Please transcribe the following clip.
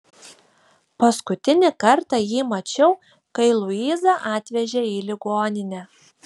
paskutinį kartą jį mačiau kai luizą atvežė į ligoninę